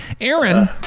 Aaron